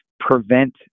prevent